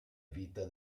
vita